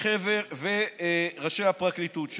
וראשי הפרקליטות שלו.